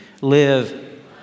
Live